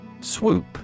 Swoop